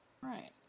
Right